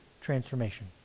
transformation